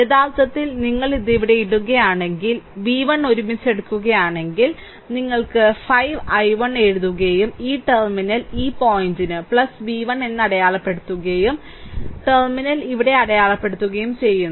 യഥാർത്ഥത്തിൽ നിങ്ങൾ ഇത് ഇവിടെ ഇടുകയാണെങ്കിൽ v 1 ഒരുമിച്ച് എടുക്കുകയാണെങ്കിൽ നിങ്ങൾ 5 i 1 എഴുതുകയും ഈ ടെർമിനൽ ഈ പോയിന്റ് v 1 എന്ന് അടയാളപ്പെടുത്തുകയും ഏറ്റുമുട്ടൽ ടെർമിനൽ ഇവിടെ അടയാളപ്പെടുത്തുകയും ചെയ്യുന്നു